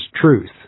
truth